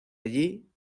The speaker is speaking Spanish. allí